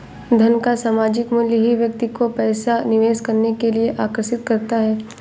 धन का सामायिक मूल्य ही व्यक्ति को पैसा निवेश करने के लिए आर्कषित करता है